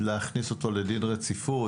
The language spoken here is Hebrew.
להכניס אותו לדין רציפות,